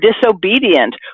disobedient